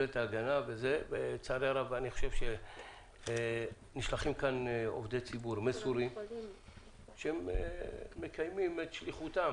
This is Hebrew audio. לצערי הרב מגיעים לכאן עובדי ציבור מסורים שבאים לקיים את שליחותם